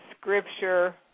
scripture